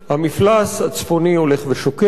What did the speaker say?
המפלס הצפוני הולך ושוקע,